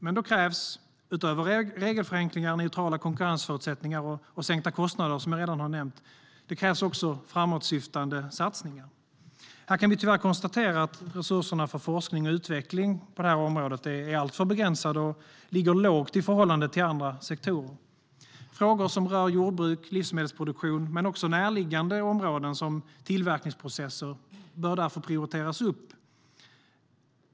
Men då krävs - utöver regelförenklingar, neutrala konkurrensförutsättningar och sänkta kostnader, som jag redan har nämnt - också framåtsyftande satsningar. Vi kan tyvärr konstatera att resurserna för forskning och utveckling på det här området är alltför begränsade och ligger lågt i förhållande till andra sektorer. Frågor som rör jordbruk och livsmedelsproduktion men också närliggande områden som tillverkningsprocesser bör därför prioriteras upp.